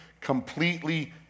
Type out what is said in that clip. completely